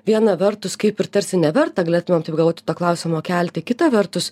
viena vertus kaip ir tarsi neverta galėtumėm taip galvoti to klausimo kelti kita vertus